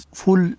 Full